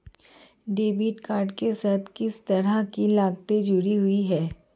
Debit card के साथ किस तरह की लागतें जुड़ी हुई हैं?